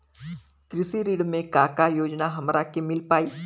कृषि ऋण मे का का योजना हमरा के मिल पाई?